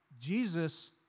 Jesus